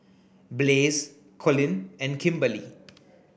Blaze Colin and Kimberly